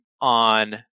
on